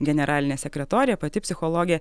generalinė sekretorė pati psichologė